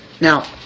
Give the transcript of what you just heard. Now